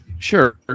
Sure